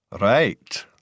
Right